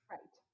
Right